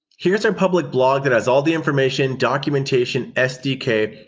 here's our public blog that has all the information, documentation, sdk,